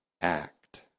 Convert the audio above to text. act